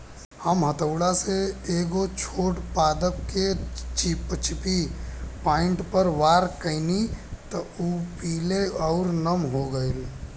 हम हथौड़ा से एगो छोट पादप के चिपचिपी पॉइंट पर वार कैनी त उ पीले आउर नम हो गईल